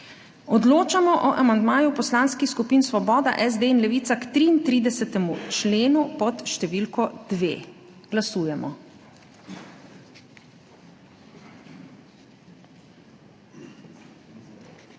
Odločamo o amandmaju Poslanskih skupin Svoboda, SD in Levica k 33. členu pod številko 2. Glasujemo.